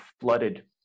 flooded